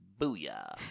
Booyah